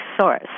source